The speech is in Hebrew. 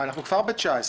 אנחנו כבר ב-2019.